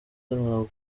ntabwo